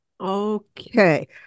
Okay